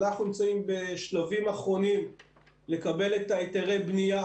אנחנו נמצאים בשלבים אחרונים לקבל את היתרי הבנייה